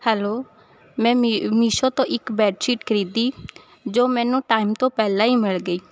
hello ਮੈ ਮੀ ਮੀਸ਼ੋ ਤੋਂ ਇੱਕ ਬੈਡ ਸ਼ੀਟ ਖਰੀਦੀ ਜੋ ਮੈਨੂੰ ਟਾਈਮ ਤੋਂ ਪਹਿਲਾਂ ਹੀ ਮਿਲ ਗਈ